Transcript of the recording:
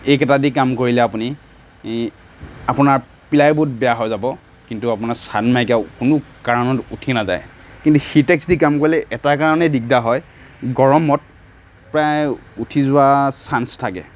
এইকেইটাদি কাম কৰিলে আপুনি ই আপোনাৰ প্লাই বৰ্ড বেয়া হৈ যাব কিন্তু আপোনাৰ চানমাইকা কোনো কাৰণত উঠি নাযায় কিন্তু হিতএক্সদি কাম কৰিলে এটা কাৰণেই দিগদাৰ হয় গৰমত প্ৰায় উঠি যোৱা চান্স থাকে